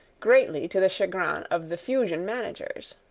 greatly to the chagrin of the fusion managers.